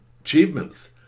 achievements